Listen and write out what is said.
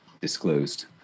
disclosed